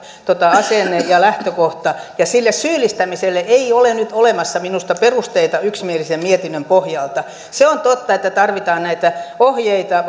asenne ja lähtökohta ja sille syyllistämiselle ei ole nyt olemassa minusta perusteita yksimielisen mietinnön pohjalta se on totta että tarvitaan näitä ohjeita